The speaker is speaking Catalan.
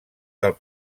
del